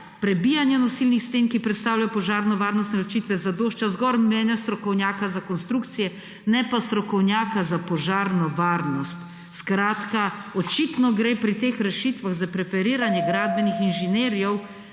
prebijanje nosilnih sten, ki predstavljajo požarno varnost in ločitve, zadošča zgolj mnenje strokovnjaka za konstrukcije, ne pa strokovnjaka za požarno varnost. Skratka, očitno gre pri teh rešitvah za preferiranje gradbenih inženirjev,